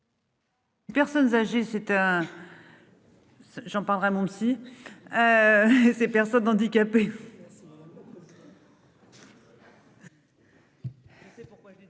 Personnes âgées c'est un. J'en parlerai à mon psy. Ces personnes handicapées.